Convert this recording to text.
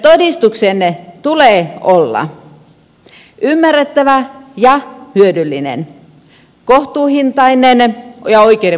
todistuksen tulee olla ymmärrettävä ja hyödyllinen kohtuuhintainen ja oikeudenmukainen